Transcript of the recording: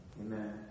Amen